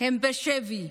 הם בשבי.